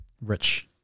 rich